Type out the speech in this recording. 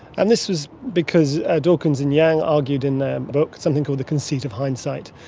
and this was because dawkins and yan argued in their book something called the conceit of hindsight,